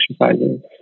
exercises